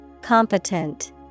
Competent